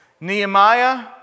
Nehemiah